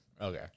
Okay